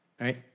right